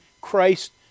Christ